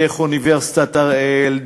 דרך אוניברסיטת אריאל,